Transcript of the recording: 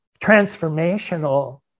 transformational